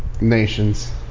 nations